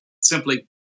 simply